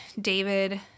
david